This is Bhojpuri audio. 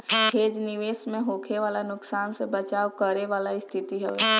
हेज निवेश में होखे वाला नुकसान से बचाव करे वाला स्थिति हवे